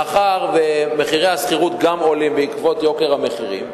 מאחר שמחירי השכירות עולים בעקבות יוקר המחירים,